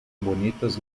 bonitas